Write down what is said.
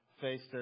faced